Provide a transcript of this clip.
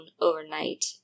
overnight